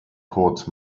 kurt